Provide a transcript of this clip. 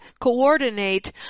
coordinate